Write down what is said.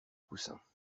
coussins